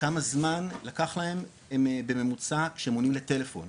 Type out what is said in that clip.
כמה זמן לקח להם בממוצע כשהם עונים לטלפון,